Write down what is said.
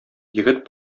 егет